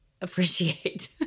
appreciate